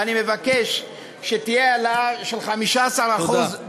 ואני מבקש שתהיה העלאה של 15% תודה.